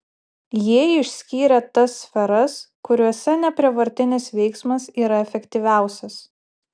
jie išskyrė tas sferas kuriose neprievartinis veiksmas yra efektyviausias